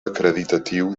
acreditatiu